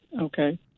Okay